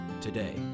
today